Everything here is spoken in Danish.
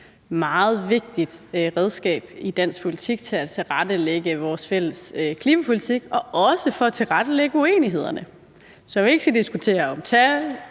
meget vigtigt redskab i dansk politik til at tilrettelægge vores klimapolitik og også i forhold til uenighederne, så vi ikke skal diskutere tal